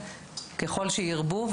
ככל שירבו.